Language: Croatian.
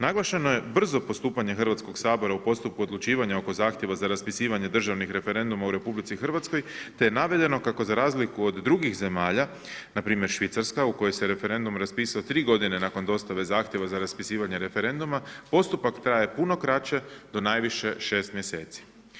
Naglašeno je brzo postupanje Hrvatskog sabora u postupku odlučivanja oko zahtjeva za raspisivanja državnog referenduma u RH, te je navedeno, kako za razliku od drugih zemalja npr. Švicarska u kojoj se referentom raspisao 3 g. nakon dostave zahtjeva za raspisivanje referenduma, postupak traje puno kraće do najviše 6 mj.